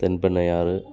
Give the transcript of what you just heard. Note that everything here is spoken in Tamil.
தென்பெண்ணை ஆறு